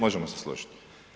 Možemo se složiti.